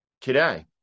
today